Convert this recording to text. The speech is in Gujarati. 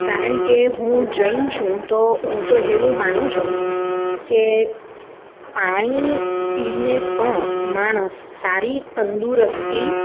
કારણ કે હું જૈન છું તો હું તો એવું માનું છું કે પાણી પીને પણ માણસ સારી તંદુરસ્તી